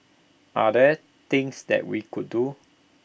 are there things that we could do